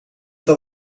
dat